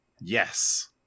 yes